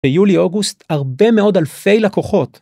ביולי-אוגוסט הרבה מאוד אלפי לקוחות.